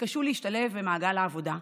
יתקשו להשתלב במעגל העבודה,